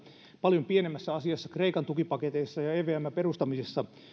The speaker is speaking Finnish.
paljon pienemmässä asiassa kreikan tukipaketeissa ja evmn perustamisessa